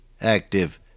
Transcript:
active